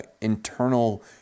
internal